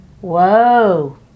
Whoa